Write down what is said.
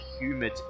humid